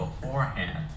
beforehand